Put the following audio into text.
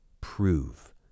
prove